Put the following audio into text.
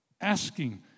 Asking